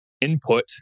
input